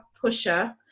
pusher